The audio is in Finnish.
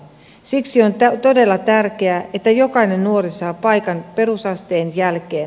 siksi on todella tärkeää että jokainen nuori saa paikan perusasteen jälkeen